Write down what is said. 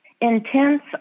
intense